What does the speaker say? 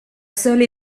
seule